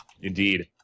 Indeed